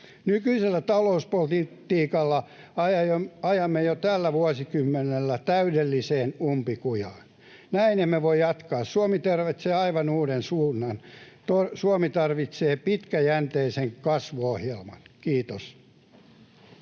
Nykyisellä talouspolitiikalla ajamme jo tällä vuosikymmenellä täydelliseen umpikujaan. Näin emme voi jatkaa. Suomi tarvitsee aivan uuden suunnan. Suomi tarvitsee pitkäjänteisen kasvuohjelman. — Kiitos.